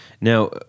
Now